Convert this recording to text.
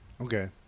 Okay